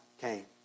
came